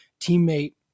teammate